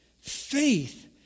faith